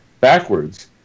backwards